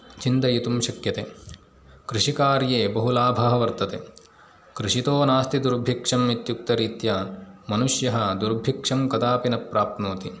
चिन्तयितुं शक्यते कृषिकार्ये बहु लाभः वर्तते कृषितो नास्ति दुर्भिक्षम् इत्युक्तरीत्या मनुष्यः दुर्भिक्षं कदापि न प्राप्नोति